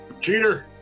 Cheater